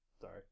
Sorry